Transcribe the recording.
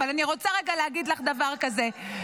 אבל אני רוצה רגע להגיד לך דבר כזה,